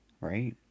right